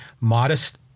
modest –